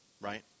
right